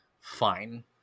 fine